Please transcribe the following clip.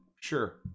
sure